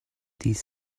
these